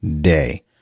Day